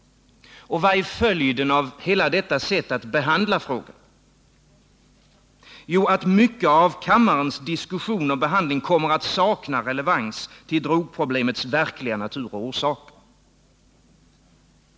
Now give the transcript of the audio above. Vad blir följden av hela detta sätt att behandla frågan? Jo, att mycket av kammarens diskussioner och behandling kommer att sakna relevans till drogproblemets verkliga natur och orsaker.